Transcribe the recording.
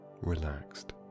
relaxed